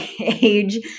age